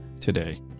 today